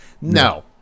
No